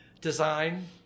design